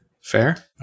Fair